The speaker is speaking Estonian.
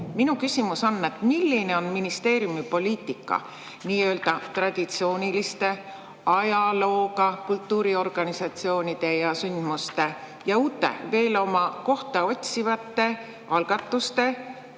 Minu küsimus on selline. Milline on ministeeriumi poliitika nii-öelda traditsiooniliste, ajalooga kultuuriorganisatsioonide ja -sündmuste ja uute, veel oma kohta otsivate algatuste